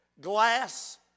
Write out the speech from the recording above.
glass